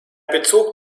bezog